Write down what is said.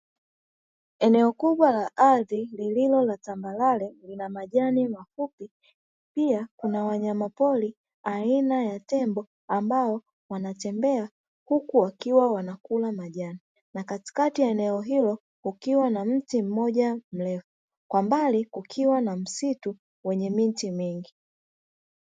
Eneo kubwa la ardhi lililo na tambalare linamajani mafupi pia kunawanyama pori aina ya yembo ambao wanatembea uku wakiwa wanakula majani, na katikati ya eneo hilo kukiwa na mti mmoja mrefu kwa mbali kukiwa na msitu wenye miti mingi.